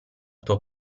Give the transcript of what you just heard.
tuo